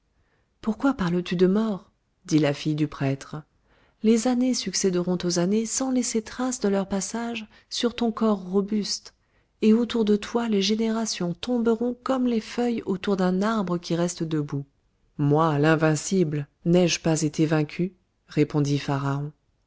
pourquoi parles-tu de mort dit la fille du prêtre les années succéderont aux années sans laisser trace de leur passage sur ton corps robuste et autour de toi les générations tomberont comme les feuilles autour d'un arbre qui reste debout moi l'invincible n'ai-je pas été vaincu répondit